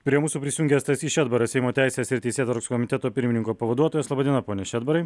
prie mūsų prisijungia stasys šedbaras seimo teisės ir teisėtvarkos komiteto pirmininko pavaduotojas laba diena pone šedbarai